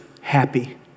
happy